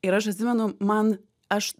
ir aš atsimenu man aš